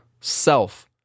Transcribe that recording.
Self